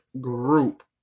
group